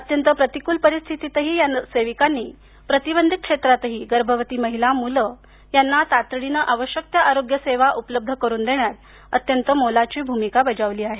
अत्यंत प्रतिकूल स्थितीतही या सेविकांनी प्रतिबंधीत क्षेत्रातही गर्भवती महिला मुलं यांना तातडीनं आवश्यक त्या आरोग्य सेवा उपलब्ध करून देण्यात अत्यंत मोलाची भूमिका बजावली आहे